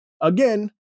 again